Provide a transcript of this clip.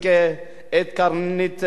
את קרנית ויקטור,